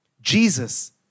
Jesus